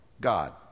God